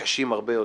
קשים הרבה יותר.